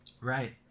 Right